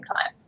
time